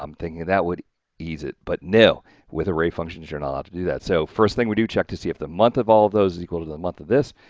um thinking that would ease it, but no with array functions you're not to do that. so, first thing we do check to see if the month of all of those is equal to the month of this,